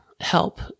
help